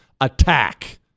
attack